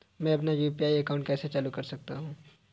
मैं अपना UPI account कैसे चालू कर सकता हूँ?